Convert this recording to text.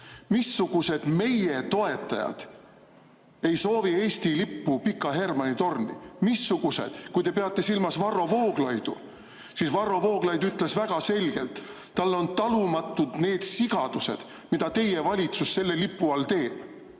Missugused meie toetajad ei soovi Eesti lippu Pika Hermanni torni? Missugused?! Kui te peate silmas Varro Vooglaidu, siis Varro Vooglaid ütles väga selgelt: talle on talumatud need sigadused, mida teie valitsus selle lipu all teeb.